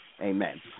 Amen